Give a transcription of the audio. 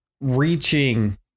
reaching